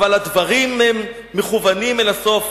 אבל הדברים מכוונים אל הסוף: